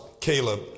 Caleb